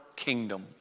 kingdom